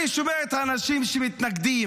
אני שומע את האנשים שמתנגדים.